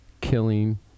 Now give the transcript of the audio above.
killing